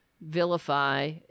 vilify